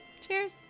Cheers